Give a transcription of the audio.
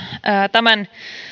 tämän